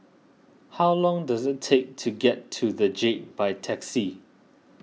how long does it take to get to the Jade by taxi